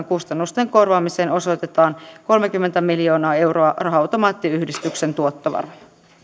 kustannusten korvaamiseen osoitetaan kolmekymmentä miljoonaa euroa raha automaattiyhdistyksen tuottovaroja